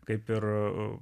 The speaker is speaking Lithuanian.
kaip ir